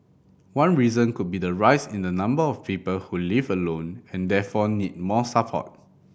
one reason could be the rise in the number of people who live alone and therefore need more support